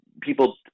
people